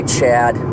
Chad